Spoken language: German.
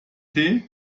tee